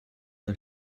der